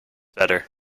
better